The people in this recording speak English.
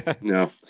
No